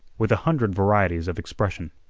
with a hundred varieties of expression.